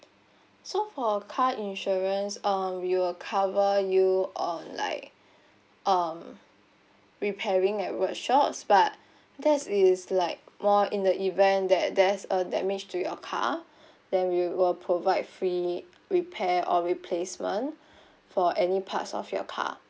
so for a car insurance uh we will cover you on like um repairing at workshop but that is like more in the event that there's a damage to your car then we will provide free repair or replacement for any parts of your car